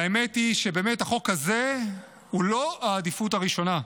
האמת היא שהחוק הזה הוא לא העדיפות הראשונה.